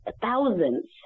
thousands